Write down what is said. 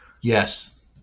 Yes